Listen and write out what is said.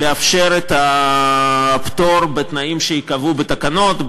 לאפשר את הפטור בתנאים שייקבעו בתקנות.